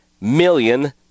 million